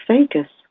Vegas